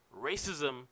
racism